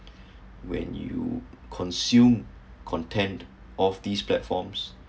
when you consume content of these platforms